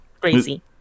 Crazy